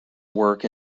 work